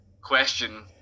question